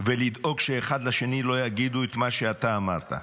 ולדאוג שלא יגידו אחד לשני את מה שאתה אמרת,